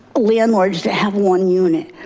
landlords that have one unit.